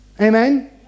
Amen